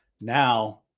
Now